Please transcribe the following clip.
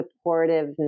supportive